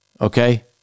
Okay